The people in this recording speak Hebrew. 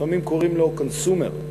לפעמים קוראים לו consumer,